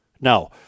Now